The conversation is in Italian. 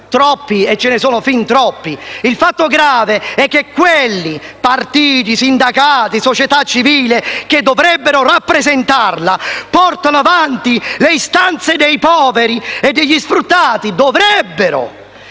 anzi, ce ne sono fin troppi. Il fatto grave è che quelli (partiti, sindacati, società civile) che dovrebbero rappresentarla, portando avanti le istanze dei poveri e degli sfruttati, si sono